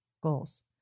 goals